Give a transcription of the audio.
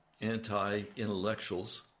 anti-intellectuals